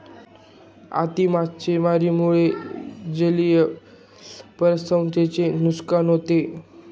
अति मासेमारीमुळे जलीय परिसंस्थेचे नुकसान होते